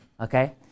okay